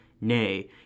Nay